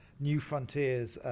new frontiers,